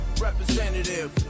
representative